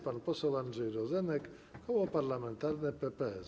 Pan poseł Andrzej Rozenek, Koło Parlamentarne PPS.